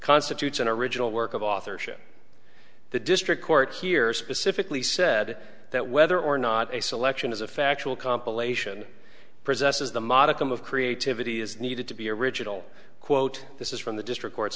constitutes an original work of authorship the district court here specifically said that whether or not a selection is a factual compilation presents as the modicum of creativity is needed to be original quote this is from the district